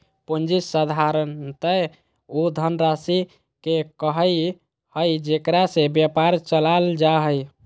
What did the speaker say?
पूँजी साधारणतय उ धनराशि के कहइ हइ जेकरा से व्यापार चलाल जा हइ